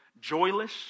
joyless